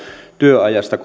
työajasta